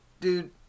Dude